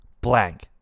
blank